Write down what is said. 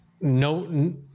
No